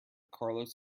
carlos